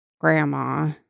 grandma